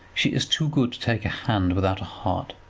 she is too good to take a hand without a heart.